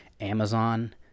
Amazon